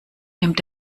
nimmt